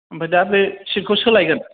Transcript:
ओमफ्राय दा बे सिटखौ सोलायगोन